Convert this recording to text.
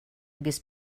без